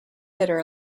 hitter